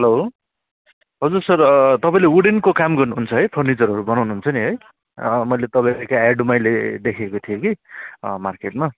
हलो हजुर सर तपाईँले वुडेनको काम गर्नुहुन्छ है फर्निचरहरू बनाउनुहुन्छ नि है मैले तपाईँको एड मैले देखेको थिएँ कि मार्केटमा